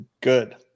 good